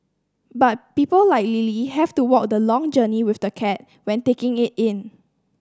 but people like Lily have to walk the long journey with the cat when taking it in